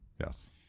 Yes